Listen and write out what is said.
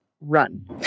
run